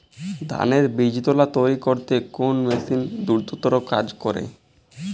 ধানের বীজতলা তৈরি করতে কোন মেশিন দ্রুততর কাজ করে?